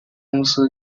公司